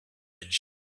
edge